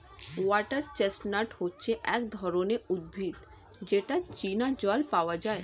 water chestnut হচ্ছে এক ধরনের উদ্ভিদ যেটা চীনা জল পাওয়া যায়